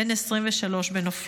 בן 23 בנופלו.